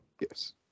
Yes